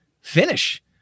finish